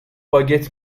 باگت